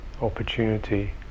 opportunity